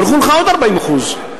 הלכו לך עוד 40% מהקופה.